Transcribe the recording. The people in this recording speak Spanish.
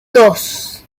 dos